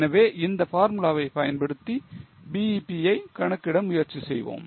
எனவே இந்த பார்முலாவை பயன்படுத்தி BEP ஐ கணக்கிட முயற்சி செய்வோம்